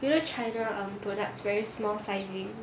you know china um products very small sizing